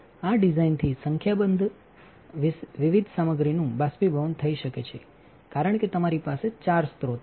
આ ડિઝાઇનથી સંખ્યાબંધ વિવિધ સામગ્રીનું બાષ્પીભવન થઈ શકે છે કારણ કે તમારી પાસે ચારસ્રોત છે